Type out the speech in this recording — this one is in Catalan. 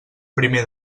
primer